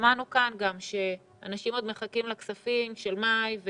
שמענו כאן שאנשים עוד מחכים לכספים של מאי,